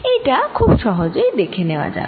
এটা খুব সহজেই দেখে নেওয়া যায়